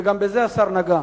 וגם בזה השר נגע.